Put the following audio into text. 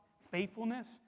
Faithfulness